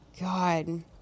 God